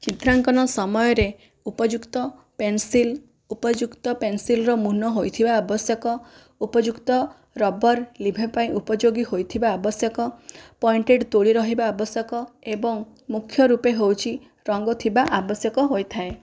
ଚିତ୍ରାଙ୍କନ ସମୟରେ ଉପଯୁକ୍ତ ପେନସିଲ୍ ଉପଯୁକ୍ତ ପେନସିଲ୍ ର ମୁନ ହୋଇଥିବା ଆବଶ୍ୟକ ଉପଯୁକ୍ତ ରବର୍ ଲିଭାଇବା ଉପଯୋଗୀ ହୋଇଥିବା ଆବଶ୍ୟକ ପଏଣ୍ଟେଡ଼୍ ତୁଳି ରହିବା ଆବଶ୍ୟକ ଏବଂ ମୁଖ୍ୟ ରୂପେ ହେଉଛି ରଙ୍ଗ ଥିବା ଆବଶ୍ୟକ ହୋଇଥାଏ